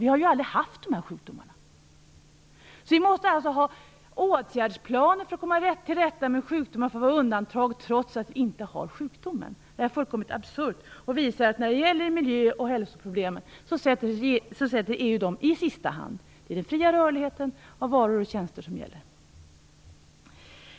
Vi har ju aldrig haft de här sjukdomarna. Vi måste alltså ha åtgärdsplaner för att komma till rätta med sjukdomarna för att få undantag, trots att vi inte har sjukdomarna. Det är fullkomligt absurt. Det visar att EU sätter miljö och hälsoproblemen i sista hand. Det är den fria rörligheten för varor och tjänster som gäller.